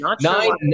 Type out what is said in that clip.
Nine